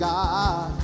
God